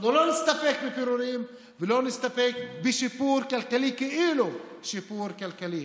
אנחנו לא נסתפק בפירורים ולא נסתפק בשיפור כלכלי "כאילו" שיפור כלכלי.